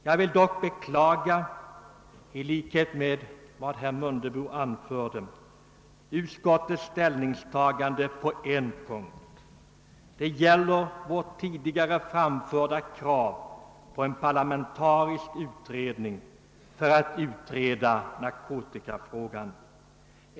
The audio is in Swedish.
Jag vill dock i likhet med herr Mundebo beklaga utskottets ställningstagande på en punkt, nämligen när det gäller vårt även tidigare framförda krav på en parlamentarisk utredning i narkotikafrågan.